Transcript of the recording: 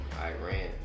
Iran